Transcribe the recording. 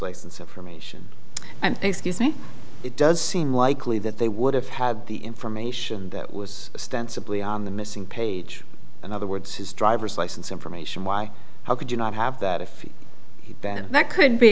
license information and excuse me it does seem likely that they would have had the information that was stent simply on the missing page in other words his driver's license information why how could you not have that if bad that could be